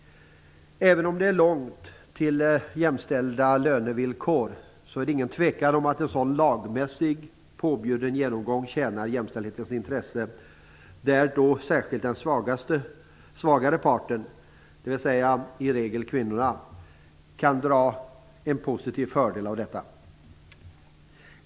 Även om det är långt till jämställda lönevillkor är det ingen tvekan om att en sådan lagmässigt påbjuden genomgång tjänar jämställdhetens intressen. Särskilt den svagare parten, dvs. i regel kvinnorna, kan dra fördel av detta.